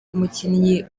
umukinnyi